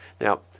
Now